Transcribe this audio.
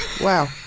wow